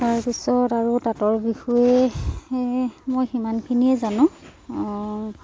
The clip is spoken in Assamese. তাৰপিছত আৰু তাঁতৰ বিষয়ে মই সিমানখিনিয়ে জানো